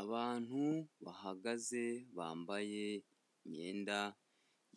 Abantu bahagaze bambaye imyenda